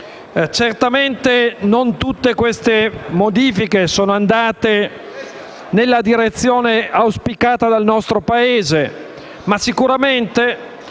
Certamente non tutte queste modifiche sono andate nella direzione auspicata dal nostro Paese, ma sicuramente